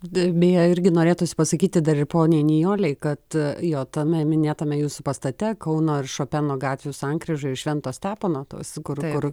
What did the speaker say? dar beje irgi norėtųsi pasakyti dar ir poniai nijolei kad jo tame minėtame jūsų pastate kauno ir šopeno gatvių sankryžoj švento stepono tos kur kur